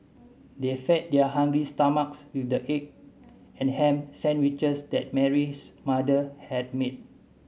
they fed their hungry stomachs with the egg and ham sandwiches that Mary's mother had made